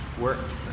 works